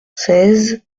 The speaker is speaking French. seize